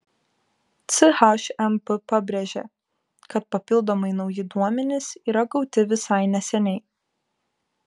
chmp pabrėžė kad papildomai nauji duomenys yra gauti visai neseniai